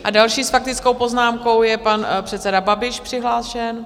A další s faktickou poznámkou je pan předseda Babiš přihlášen.